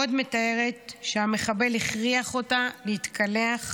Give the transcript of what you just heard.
עוד היא מתארת שהמחבל הכריח אותה להתקלח.